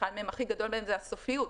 הכי גדול מהם זה הסופיות,